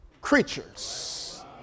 Creatures